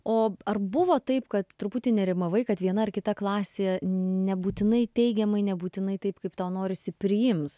o ar buvo taip kad truputį nerimavai kad viena ar kita klasė nebūtinai teigiamai nebūtinai taip kaip tau norisi priims